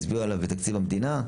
הצביעו על זה בתקציב המדינה,